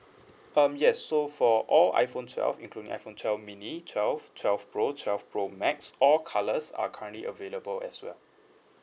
um yes so for all iphone twelve including iphone twelve mini twelve twelve pro twelve pro max all colours are currently available as well